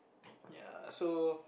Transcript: ya so